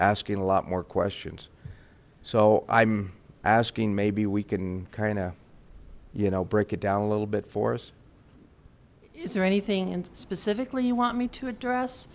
asking a lot more questions so i'm asking maybe we can you know break it down a little bit for us is there anything and specifically you want me to address